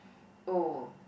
oh